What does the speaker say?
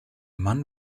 mann